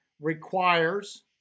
requires